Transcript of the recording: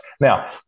Now